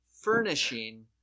furnishing